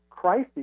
crises